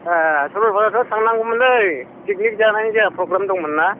ए सरलपारायावथ' थांनांगौमोनदै पिकनिक जानायनि जोंहा प्रग्राम दंमोनना